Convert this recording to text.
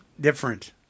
different